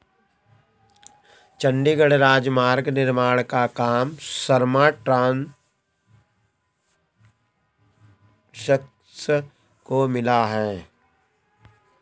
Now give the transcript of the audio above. चंडीगढ़ राजमार्ग निर्माण का काम शर्मा कंस्ट्रक्शंस को मिला है